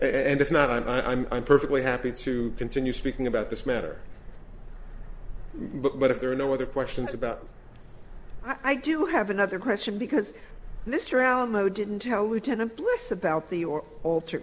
and if not i'm perfectly happy to continue speaking about this matter but if there are no other questions about i do have another question because this around though didn't tell me ten implicit about the or altered